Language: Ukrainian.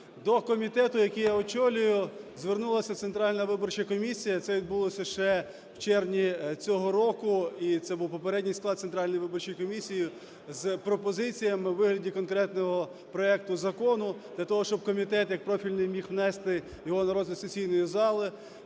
До комітету, який я очолюю, звернулася Центральна виборча комісія – це відбулося ще в червні цього року, і це був попередній склад Центральної виборчої комісії – з пропозиціями у вигляді конкретного проекту закону для того, щоб комітет як профільний міг внести його на розгляд сесійної зали.